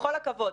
בכל הכבוד.